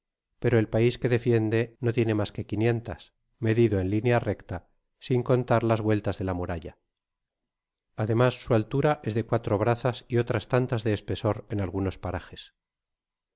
pero el pais que deqende no tiene mas que quinientas medido en linea recta sin contar las vueltas de la muralla además su altura es de cuatro brazas y otras tantas de espesor en algunos parajes